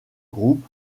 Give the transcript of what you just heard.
group